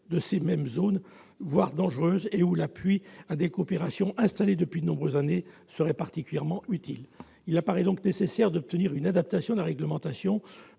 zones difficiles, voire dangereuses, et où l'appui à des coopérations installées depuis de nombreuses années serait particulièrement utile. Il apparaît donc nécessaire d'obtenir une adaptation de la réglementation